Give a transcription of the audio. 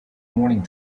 morning